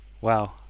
Wow